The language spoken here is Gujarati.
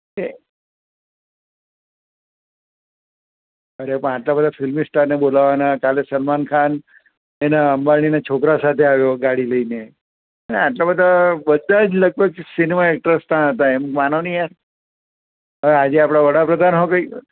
એ અરે પણ આટલા બધા ફિલ્મી સ્ટારને બોલાવવાના કાલે સલમાન ખાન એના અંબાણીના છોકરા સાથે આવ્યો ગાડી લઈને અને આટલા બધા બધા જ લગભગ સિનેમા એક્ટ્રેસ ત્યાં હતાં તેમ માનો ને યાર હવે આજે આપણા વડાપ્રધાન હોં કે